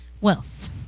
wealth